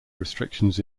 restrictions